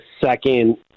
second